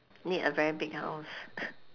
need a very big house